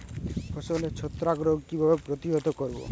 ফসলের ছত্রাক রোগ কিভাবে প্রতিহত করব?